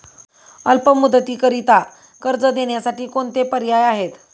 अल्प मुदतीकरीता कर्ज देण्यासाठी कोणते पर्याय आहेत?